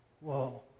Whoa